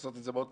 זה מאוד פשוט,